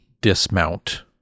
dismount